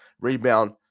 rebound